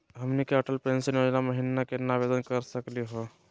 हमनी के अटल पेंसन योजना महिना केना आवेदन करे सकनी हो?